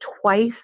twice